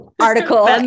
article